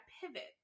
pivot